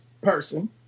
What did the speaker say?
person